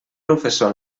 professor